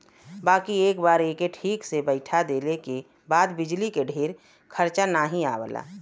बाकी एक बार एके ठीक से बैइठा देले के बाद बिजली के ढेर खरचा नाही आवला